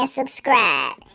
subscribe